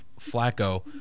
Flacco